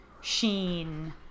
sheen